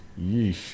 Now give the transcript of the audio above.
Yeesh